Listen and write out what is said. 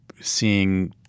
seeing